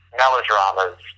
melodramas